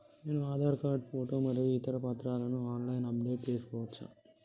నేను Aadhaar card photo మరియు ఇతర పత్రాలను ఆన్ లైన్ అప్ డెట్ చేసుకోవచ్చా?